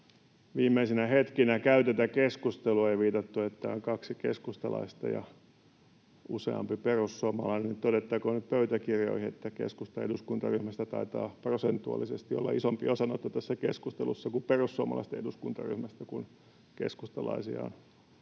viimeisinä hetkinä käyvät tätä keskustelua ja on viitattu, että kaksi keskustalaista ja useampi perussuomalainen, niin todettakoon nyt pöytäkirjoihin, että keskustan eduskuntaryhmästä taitaa prosentuaalisesti olla isompi osanotto tässä keskustelussa kuin perussuomalaisten eduskuntaryhmästä, [Anne Kalmari: